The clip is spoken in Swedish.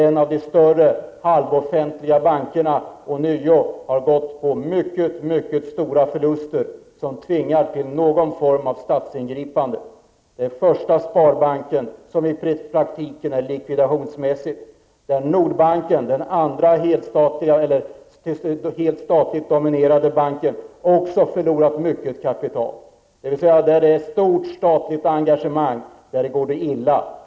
En av de större halvoffentliga bankerna har ånyo med mycket stora förluster och tvingas till någon form av statligt ingripande. Det är Första Sparbanken, som i praktiken är likvidationsmässig. Nordbanken, den andra hett statlig dominerade banken, har också förlorat mycket kapital. Där det finns ett stort statligt engagemang går det illa.